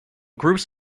groups